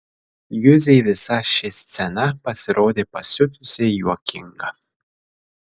juzei visa ši scena pasirodė pasiutusiai juokinga